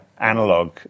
analog